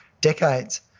decades